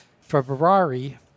Ferrari